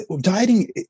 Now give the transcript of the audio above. dieting